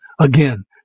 Again